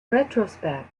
retrospect